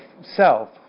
self